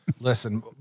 listen